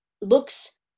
looks